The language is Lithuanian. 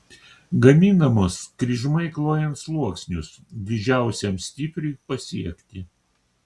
gaminamos kryžmai klojant sluoksnius didžiausiam stipriui pasiekti